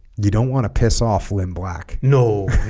you don't want to piss off lin black no